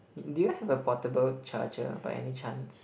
do you have a portable charger by any chance